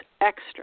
extra